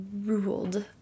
ruled